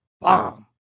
bomb